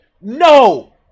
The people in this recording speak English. No